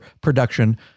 production